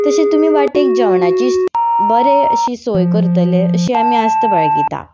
तशेंच तुमी वाटेर जेवणाची बरे अशी सोय करतले अशी आमी आस्त बाळगिता